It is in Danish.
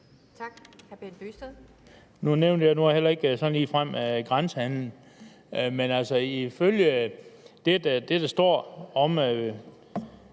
Kl. 17:53 Bent Bøgsted (DF): Nu nævnte jeg heller ikke ligefrem grænsehandelen. Men altså, ifølge det, der står i